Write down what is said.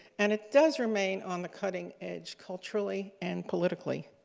and it does remain on the cutting edge culturally and politically.